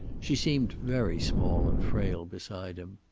she seemed very small and frail beside him.